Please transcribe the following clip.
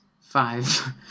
five